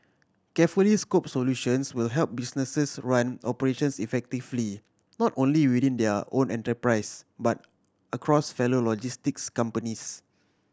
carefully scope solutions will help businesses run operations effectively not only within their own enterprise but across fellow logistics companies